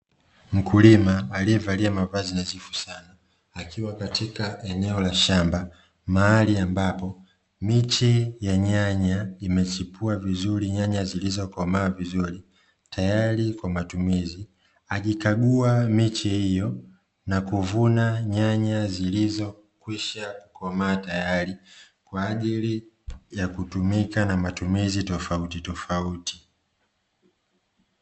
Mkulima alievalia mavazi nadhifu sana, akiwa katika eneo la shamba mahali ambapo miche ya nyanya imechipua vizuri nyanya zilizokomaa vizuri tayari kwa matumizi, akikagua miche hiyo na kuvuna nyanya zilizokwisha kukomaa tayari kwa ajili ya kutumika na matumizi tofautitofauti.